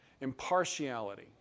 Impartiality